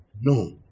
No